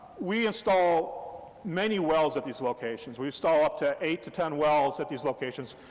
we install many wells at these locations, we install up to eight to ten wells at these locations.